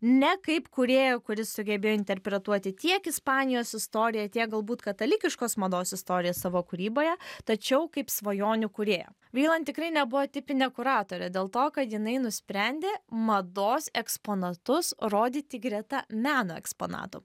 ne kaip kūrėją kuris sugebėjo interpretuoti tiek ispanijos istoriją tiek galbūt katalikiškos mados istoriją savo kūryboje tačiau kaip svajonių kūrėją vryland tikrai nebuvo tipinė kuratorė dėl to kad jinai nusprendė mados eksponatus rodyti greta meno eksponatų